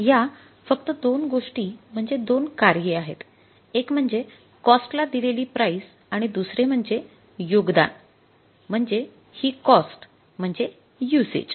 या फक्त दोन गोष्टी म्हणजे दोन कार्ये आहेत एक म्हणजे कॉस्ट ला दिलेली प्राईस आणि दुसरे म्हणजे योगदान म्हणजे ही कॉस्ट म्हणजे युसेज